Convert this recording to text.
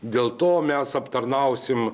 dėl to mes aptarnausim